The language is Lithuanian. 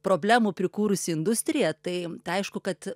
problemų prikūrusi industrija tai aišku kad